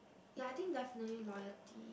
ya I think definitely loyalty